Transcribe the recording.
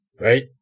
right